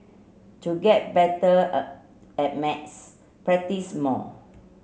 to get better a at maths practise more